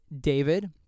David